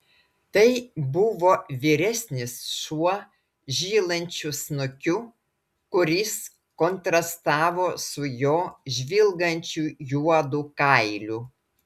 tai buvo vyresnis šuo žylančiu snukiu kuris kontrastavo su jo žvilgančiu juodu kailiu